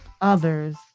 others